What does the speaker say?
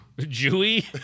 Jewy